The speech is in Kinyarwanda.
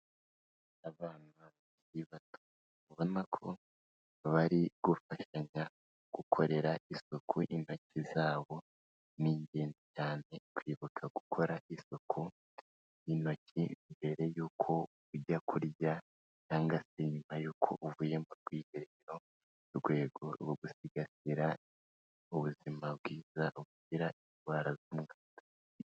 Abana babirikiri bato, ubona ko bari gufanya gukorera isuku intoki zabo, ni ingenzi cyane kwibuka gukora isuku y'intoki mbere y'uko ujya kurya cyangwase nyuma y'uko uvuye mu bwiherero, mu rwego rwo gusigasira ubuzima bwiza buzira indwara z'umwanda.